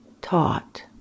taught